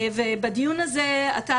בדיון הזה אתה,